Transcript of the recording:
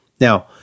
Now